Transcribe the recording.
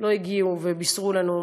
לא הגיעו ובישרו לנו,